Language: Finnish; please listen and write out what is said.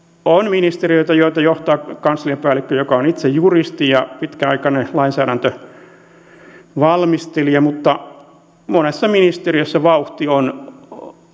on ministeriöitä joita johtaa kansliapäällikkö joka on itse juristi ja pitkäaikainen lainsäädäntövalmistelija mutta monessa ministeriössä vauhti on